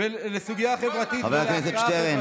חבר הכנסת שטרן,